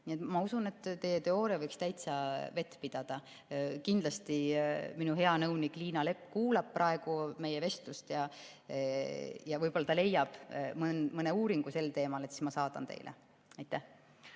Ma usun, et teie teooria võib täitsa vett pidada. Kindlasti minu hea nõunik Liina Lepp kuulab praegu meie vestlust ja võib-olla ta leiab mõne uuringu sel teemal, siis ma saadan selle teile. Aitäh!